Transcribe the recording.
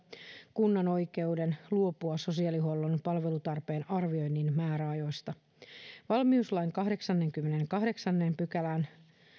kunnan oikeuden luopua sosiaalihuollon palvelutarpeen arvioinnin määräajoista valmiuslain kahdeksannenkymmenennenkahdeksannen pykälän